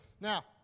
Now